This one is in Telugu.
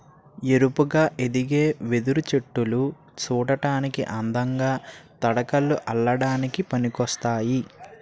ఏపుగా ఎదిగే వెదురు చెట్టులు సూడటానికి అందంగా, తడకలు అల్లడానికి పనికోస్తాయి